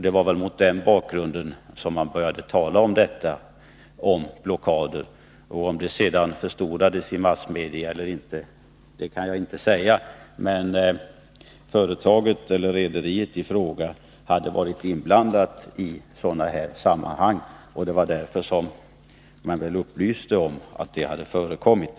Det var väl mot den bakgrunden som det började talas om blockader. Om det sedan förstorades i massmedia eller inte kan jag inte säga, men rederiet i fråga hade varit inblandat i sådana sammanhang. Det var därför som man upplyste om att det hade förekommit.